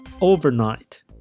overnight